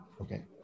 okay